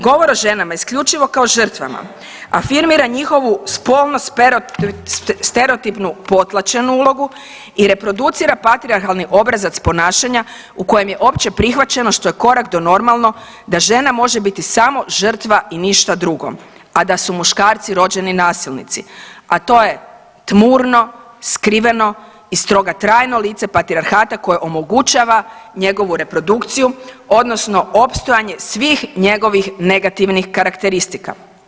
Govor o ženama isključivao kao žrtvama afirmira njihovu spolno stereotipnu potlačenu ulogu i reproducira patrijarhalni obrazac ponašanja u kojem je opće prihvaćeno što je korak do normalno da žena može biti samo žrtva i ništa drugo, a da su muškarci rođeni nasilnici, a to je tmurno, skriveno i stoga trajno patrijarhata koje omogućava njegovu reprodukciju odnosno opstojanje svih njegovih negativnih karakteristika.